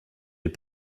est